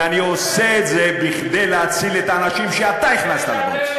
ואני עושה את זה כדי להציל את האנשים שאתה הכנסת לבוץ.